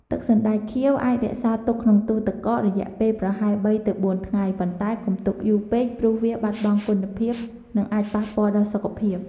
ទឹកសណ្ដែកខៀវអាចរក្សាទុកក្នុងទូទឹកកករយៈពេលប្រហែល ៣ ទៅ ៤ ថ្ងៃ ប៉ុន្តែកុំទុកយូរពេកព្រោះវាបាត់បង់គុណភាព និងអាចប៉ះពាល់ដល់សុខភាព។